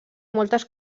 moltes